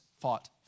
fought